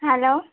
hello